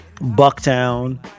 Bucktown